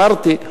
אמרתי,